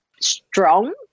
strong